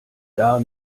gar